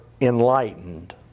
enlightened